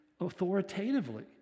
authoritatively